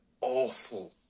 awful